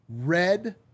red